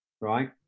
right